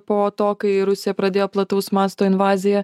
po to kai rusija pradėjo plataus masto invaziją